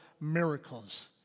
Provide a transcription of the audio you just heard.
miracles